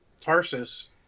Tarsus